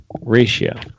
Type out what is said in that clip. ratio